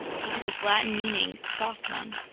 because it's latin meaning soft one.